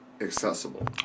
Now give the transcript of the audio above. accessible